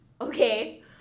okay